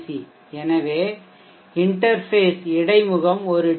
C எனவே இன்டெர்ஃபேஷ்இடைமுகம் ஒரு டி